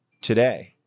today